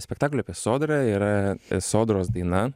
spektaklį sodra yra sodros daina